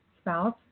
spouse